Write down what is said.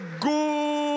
good